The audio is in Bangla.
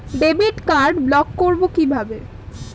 ডেবিট কার্ড ব্লক করব কিভাবে?